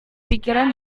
pikiran